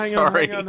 sorry